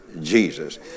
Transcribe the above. Jesus